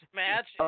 match